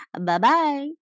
Bye-bye